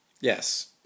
Yes